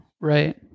Right